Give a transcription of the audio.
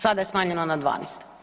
Sada je smanjeno na 12.